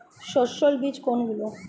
সস্যল বীজ কোনগুলো?